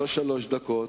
לא שלוש דקות,